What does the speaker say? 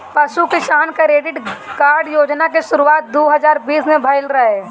पशु किसान credit card योजना के शुरुआत दू हज़ार बीस में भइल रहे